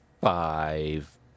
Five